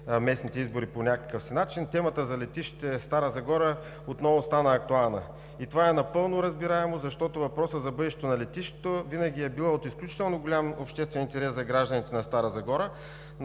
местните избори, по някакъв си начин темата за летище Стара Загора отново стана актуална. Това е напълно разбираемо, защото въпросът за бъдещето на летището винаги е бил от изключително голям обществен интерес за гражданите на Стара Загора.